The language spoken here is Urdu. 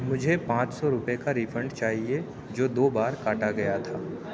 مجھے پانچ سو روپے کا ریفنڈ چاہیے جو دو بار کاٹا گیا تھا